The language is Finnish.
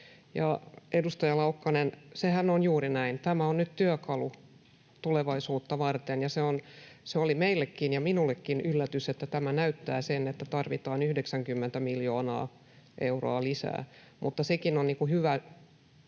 Edustaja Laukkanen, sehän on juuri näin: tämä on nyt työkalu tulevaisuutta varten. Se oli meillekin ja minullekin yllätys, että tämä näyttää sen, että tarvitaan 90 miljoonaa euroa lisää, mutta sekin on hyvä